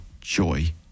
joy